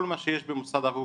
כל מה שיש במוסד הרב קוק,